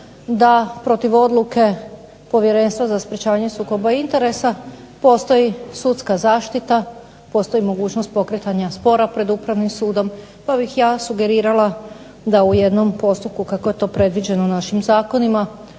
da protiv odluke Povjerenstva za sprječavanje sukoba interesa postoji sudska zaštita, postoji mogućnost pokretanja spora pred Upravnim sudom, pa bih ja sugerirala da u jednom postupku kako je to predviđeno našim zakonima